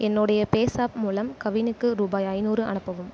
என்னுடைய பேஸாப் மூலம் கவினுக்கு ரூபாய் ஐநூறு அனுப்பவும்